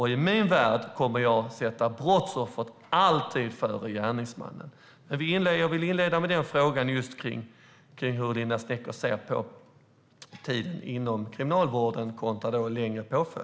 I min värld kommer jag alltid att sätta brottsoffret före gärningsmannen, Jag vill fråga hur Linda Snecker ser på tiden inom kriminalvården kontra längre påföljd.